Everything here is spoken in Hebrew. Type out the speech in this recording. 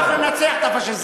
אנחנו ננצח את הפאשיזם.